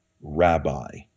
rabbi